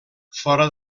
fora